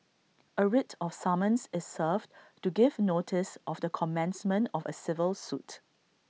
A writ of summons is served to give notice of the commencement of A civil suit